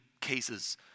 cases